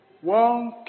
One